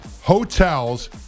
hotels